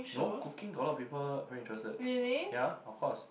no cooking got a lot of people very interested yea of course